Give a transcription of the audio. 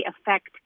affect